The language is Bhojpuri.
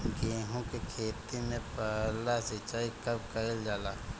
गेहू के खेती मे पहला सिंचाई कब कईल जाला?